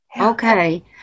Okay